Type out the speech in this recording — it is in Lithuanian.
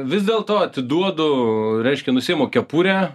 vis dėlto atiduodu reiškia nusiimu kepurę